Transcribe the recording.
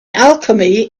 alchemy